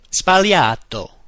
Spagliato